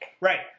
Right